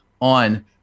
on